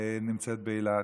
גדולה נמצאת באילת,